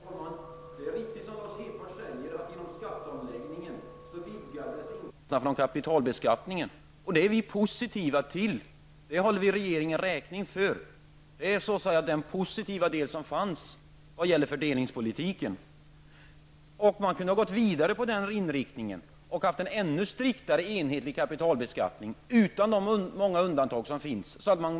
Herr talman! Det är riktigt, som Lars Hedfors säger, att genom skatteomläggningen vidgades inkomsterna från kapitalbeskattningen, och det är vi positiva till. Det håller vi regeringen räkning för. Det är det positiva inslaget när det gäller fördelningspolitiken. Man kunde också ha gått vidare med den inriktningen och haft en ännu striktare enhetlig kapitalbeskattning, utan de många undantag som nu finns.